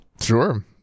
Sure